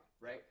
Right